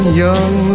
young